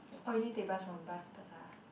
oh you need take bus from Bras-Basah